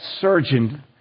surgeon